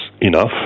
enough